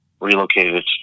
relocated